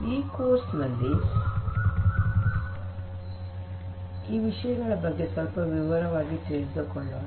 ಈ ಕೋರ್ಸ್ ನಲ್ಲಿ ಈ ವಿಷಯಗಳ ಬಗ್ಗೆ ಸ್ವಲ್ಪ ವಿವರವಾಗಿ ತಿಳಿದುಕೊಳ್ಳೋಣ